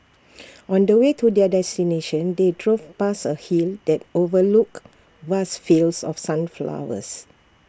on the way to their destination they drove past A hill that overlooked vast fields of sunflowers